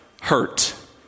hurt